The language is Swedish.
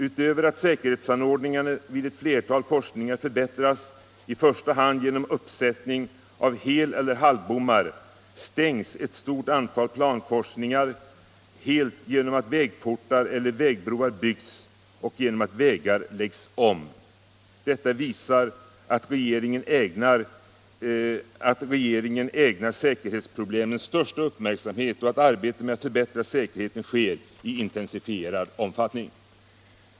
Utöver att säkerhetsanordningarna vid ett flertal korsningar förbättras, i första hand genom uppsättning av heleller halvbommar, stängs ett stort antal plankorsningar helt genom att vägportar eller vägbroar byggs och genom att vägar läggs om. Detta visar att regeringen ägnar säkerhetsproblemen stör "sta uppmärksamhet och att arbetet med att förbättra säkerheten sker i intensifierad omfattning.